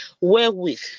wherewith